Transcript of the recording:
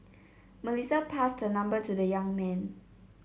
Melissa passed her number to the young man